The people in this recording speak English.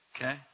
Okay